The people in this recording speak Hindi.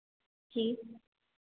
ठीक